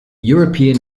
european